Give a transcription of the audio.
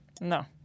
No